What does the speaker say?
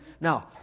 Now